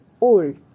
old